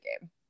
game